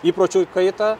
įpročių kaitą